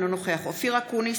אינו נוכח אופיר אקוניס,